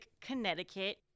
Connecticut